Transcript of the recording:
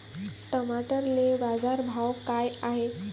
टमाट्याले बाजारभाव काय हाय?